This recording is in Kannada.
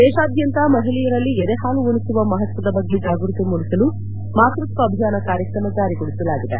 ದೇಶಾದ್ಯಂತ ಮಹಿಳೆಯರಲ್ಲಿ ಎದೆಹಾಲು ಉಣಿಸುವ ಮಹತ್ವದ ಬಗ್ಗೆ ಜಾಗೃತಿ ಮೂಡಿಸಲು ಮಾತೃತ್ವ ಅಭಿಯಾನ ಕಾರ್ಯಕ್ರಮ ಜಾರಿಗೊಳಿಸಲಾಗಿದೆ